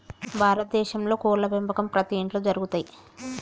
భారత దేశంలో కోడ్ల పెంపకం ప్రతి ఇంట్లో జరుగుతయ్